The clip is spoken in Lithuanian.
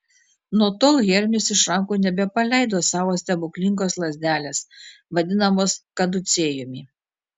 nuo tol hermis iš rankų nebepaleido savo stebuklingos lazdelės vadinamos kaducėjumi